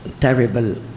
terrible